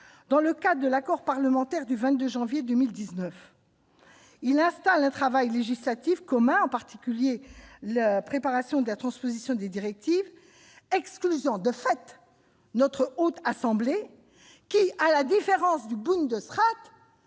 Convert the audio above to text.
dans le cadre de l'accord parlementaire du 22 janvier 2019. Il installe un travail législatif commun, en particulier la préparation de la transposition des directives, excluant de fait la Haute Assemblée, qui, à la différence du Bundesrat,